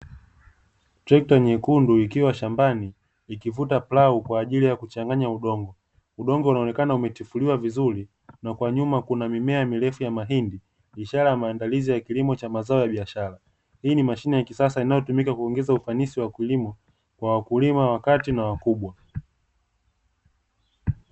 Trekta nyekundu ikiwa shambani ikivuta plau kwa ajili ya kuchanganya udongo, udongo unaonekana umetifuliwa vizuri na kwa nyuma kuna mimea mirefu ya mahindi, ishara ya maandalizi ya kilimo cha mazao ya biashara, hii ni mashine ya kisasa inayotumika kuongeza ufanisi wa kilimo, kwa wakulima wakati na wakubwa.